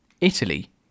Italy